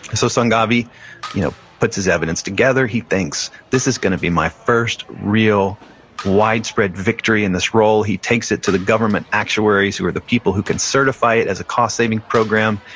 so sanghavi you know puts his evidence together, he thinks this is gonna be my first real widespread victory in this role. he takes it to the government actuaries, who are the people who can certify it as a cost-saving program.